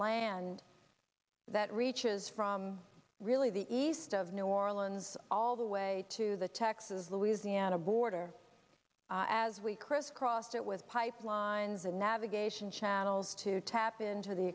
land that reaches from really the east of new orleans all the way to the texas louisiana border as we crisscrossed it with pipelines and navigation channels to tap into the